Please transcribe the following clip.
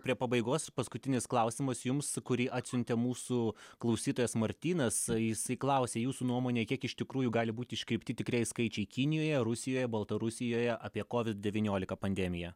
prie pabaigos paskutinis klausimas jums kurį atsiuntė mūsų klausytojas martynas jisai klausė jūsų nuomone kiek iš tikrųjų gali būti iškreipti tikrieji skaičiai kinijoje rusijoje baltarusijoje apie covid devyniolika pandemiją